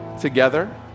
together